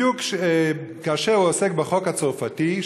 בדיוק כאשר הוא עוסק בחוק הצרפתי,